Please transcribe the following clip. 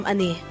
Ani